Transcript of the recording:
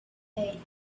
eight